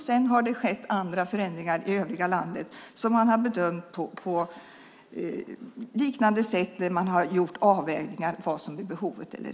Sedan har det skett andra förändringar i övriga landet som man har bedömt på liknande sätt och där man har gjort avvägningar av vad behovet är.